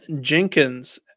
Jenkins